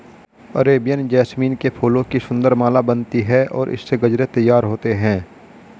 Arabian jasmine के फूलों की सुंदर माला बनती है और इससे गजरे तैयार होते हैं